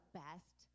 best